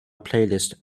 playlist